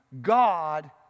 God